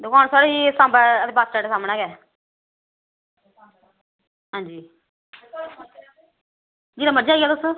दुकान साढ़ी सांबै बस स्टैंड़ दै सामनैं गै ऐ हां जी जिसलै मर्जी आई जाओ